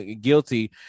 guilty